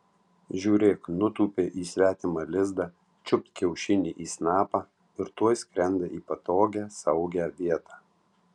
žiūrėk nutūpė į svetimą lizdą čiupt kiaušinį į snapą ir tuoj skrenda į patogią saugią vietą